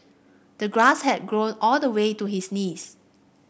the grass had grown all the way to his knees